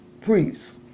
priests